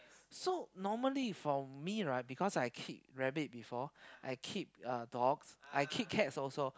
so normally for me right because I keep rabbit before I keep uh dogs I keep cats also